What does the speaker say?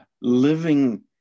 living